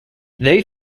they